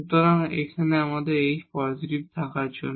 সুতরাং এটা আমাদের k পজিটিভ জন্য